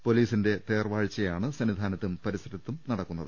പൊലീസിന്റെ തേർവാ ഴ്ചയാണ് സന്നിധാനത്തും പരിസരത്തും നടക്കുന്നത്